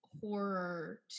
horror